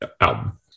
album